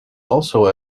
also